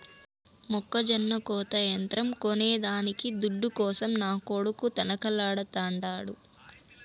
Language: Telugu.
మొక్కజొన్న కోత యంత్రం కొనేదానికి దుడ్డు కోసం నా కొడుకు తనకలాడుతాండు